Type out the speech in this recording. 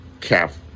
calf